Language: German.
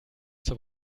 zur